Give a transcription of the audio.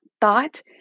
thought